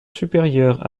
supérieure